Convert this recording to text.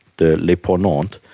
the le ponant,